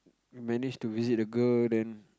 we manage to visit the girl then